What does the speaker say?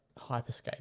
Hyperscape